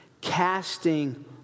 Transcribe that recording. Casting